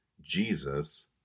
Jesus